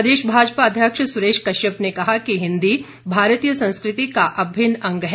प्रदेश भाजपा अध्यक्ष सुरेश कश्यप ने कहा कि हिन्दी भारतीय संस्कृति का अभिन्न अंग है